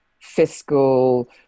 fiscal